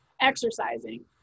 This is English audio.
exercising